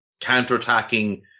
counterattacking